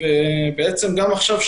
ובעצם גם עכשיו,